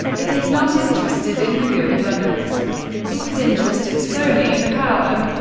it is not interested in the good of others it is interested solely in power.